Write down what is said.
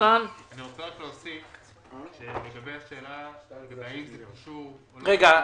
אני אגיד שהנושא הזה הוא נושא שיש עליו סודיות כמו שרועי הזכיר.